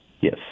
Yes